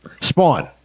Spawn